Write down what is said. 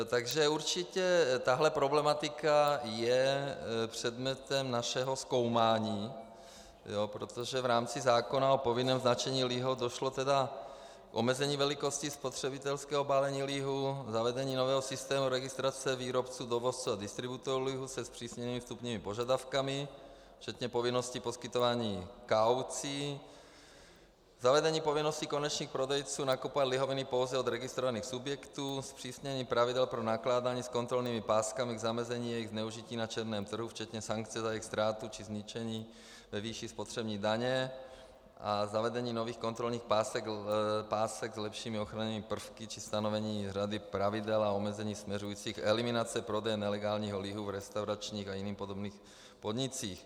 Takže určitě tahle problematika je předmětem našeho zkoumání, protože v rámci zákona o povinném značení lihu došlo k omezení velikosti spotřebitelského balení lihu, zavedení nového systému registrace výrobců, dovozců a distributorů lihu se zpřísněnými vstupními požadavky, včetně povinnosti poskytování kaucí, zavedení povinnosti konečných prodejců nakupovat lihoviny pouze od registrovaných subjektů, zpřísnění pravidel pro nakládání s kontrolními páskami k zamezení jejich zneužití na černém trhu včetně sankce za jejich ztrátu či zničení ve výši spotřební daně a zavedení nových kontrolních pásek s lepšími ochrannými prvky či stanovení řady pravidel a omezení směřujících k eliminaci prodeje nelegálního lihu v restauračních a jiných podobných podnicích.